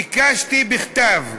ביקשתי בכתב,